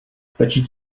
stačí